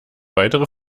weitere